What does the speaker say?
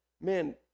man